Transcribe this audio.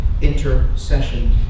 intercession